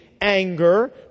anger